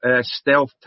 stealth